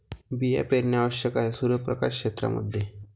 बिया पेरणे आवश्यक आहे सूर्यप्रकाश क्षेत्रां मध्ये